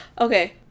okay